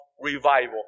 revival